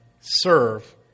serve